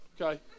okay